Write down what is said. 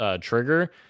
trigger